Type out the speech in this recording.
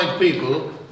People